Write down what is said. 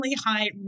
high